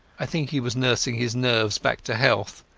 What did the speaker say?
i think he was nursing his nerves back to health,